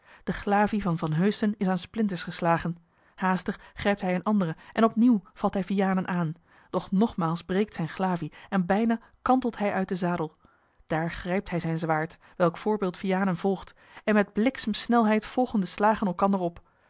de glavie van van heusden is aan splinters geslagen haastig grijpt hij eene andere en opnieuw valt hij vianen aan doch nogmaals breekt zijne glavie en bijna kantelt hij uit den zadel daar grijpt hij zijn zwaard welk voorbeeld vianen volgt en met bliksemsnelheid volgen de slagen elkander op